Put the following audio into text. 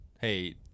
Hey